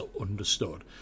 understood